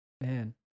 Man